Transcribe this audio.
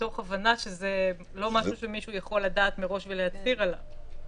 מתוך הבנה שזה לא משהו שמישהו יכול לדעת מראש ולהצהיר עליו.